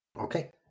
Okay